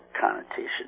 connotation